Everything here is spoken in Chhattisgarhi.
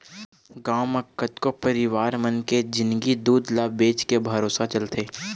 गांव म कतको परिवार मन के जिंनगी दूद ल बेचके भरोसा चलथे